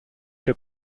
your